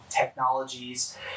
technologies